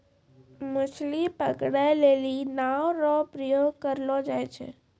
मछली पकड़ै लेली नांव रो प्रयोग करलो जाय छै